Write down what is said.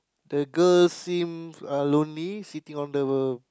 the girl seem uh lonely sitting on the